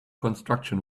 construction